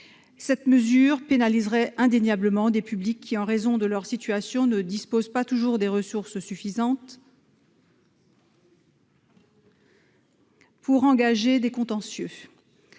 Cette mesure pénaliserait indéniablement des publics qui, en raison de leur situation, ne disposent pas toujours de ressources suffisantes pour engager des contentieux.